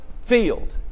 field